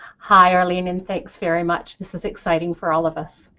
hi arlene and thanks very much. this is exciting for all of us.